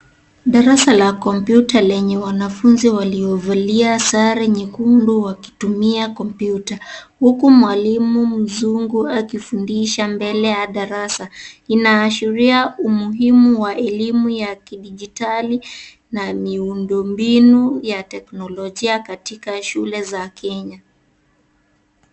Darasa la kompyuta lenye wanafunzi waliovalia sare nyekundu wakitumia kompyuta huku mwalimu mzungu akifundisha mbele ya darasa. Inaashiria umuhimu wa elimu ya kidijitali na miundombinu ya teknolojia katika shule za Kenya.